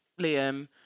Liam